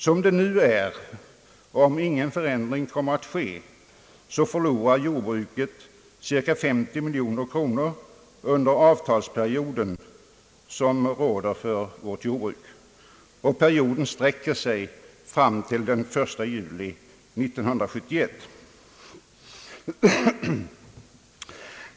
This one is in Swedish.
Som det nu är och om ingen förändring kommer att ske så förlorar jordbruket cirka 50 miljoner kronor under den avtalsperiod som råder för jordbruket. Perioden sträcker sig fram till den 1 juli 1971.